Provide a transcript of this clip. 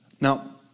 Now